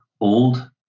old